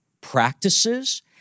practices